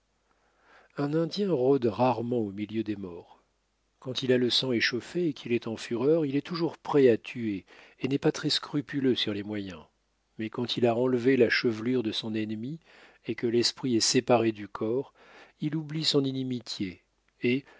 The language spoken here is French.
un indien rôde rarement au milieu des morts quand il a le sang échauffé et qu'il est en fureur il est toujours prêt à tuer et n'est pas très scrupuleux sur les moyens mais quand il a enlevé la chevelure de son ennemi et que l'esprit est séparé du corps il oublie son inimitié et